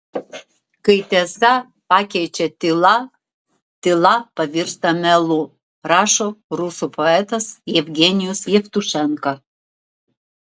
kai tiesą pakeičia tyla tyla pavirsta melu rašo rusų poetas jevgenijus jevtušenka